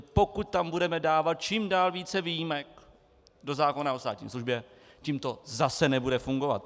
Pokud tam budeme dávat čím dál více výjimek do zákona o státní službě, tím to zase nebude fungovat.